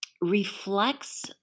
reflects